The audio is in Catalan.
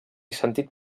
sentit